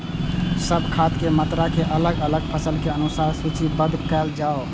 सब खाद के मात्रा के अलग अलग फसल के अनुसार सूचीबद्ध कायल जाओ?